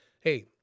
Hey